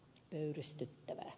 pöyristyttävää